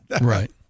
right